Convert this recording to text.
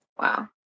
Wow